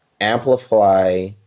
amplify